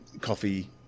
coffee